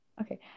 Okay